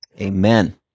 amen